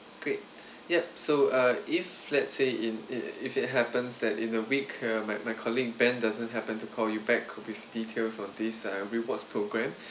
great yup so uh if let's say in it if it happens that in a week uh my my colleague ben doesn't happen to call you back with details on these uh rewards program